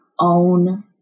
own